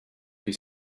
his